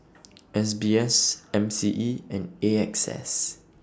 S B S M C E and A X S